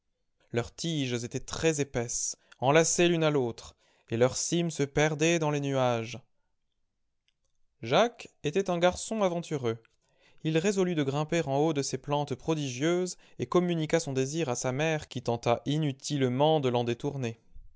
leurs tiges étaient très épaisses enlacées l'une à l'autre et leur cime se perdait dans les nuages jacques était un garçon aventureux il résolut de grimper en haut de ces plantes prodigieuses etcom muniqua son désir à sa mère qui tenta inutilement de l'en détourner